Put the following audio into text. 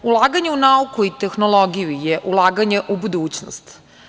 Ulaganje u nauku i tehnologiju je ulaganje u budućnost.